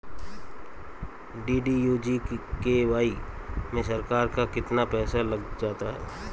DDU GKY में सरकार का कितना पैसा लग जाता है?